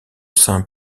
saint